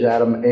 Adam